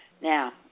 now